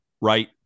right